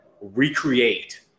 recreate